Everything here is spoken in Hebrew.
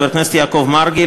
חבר הכנסת יעקב מרגי,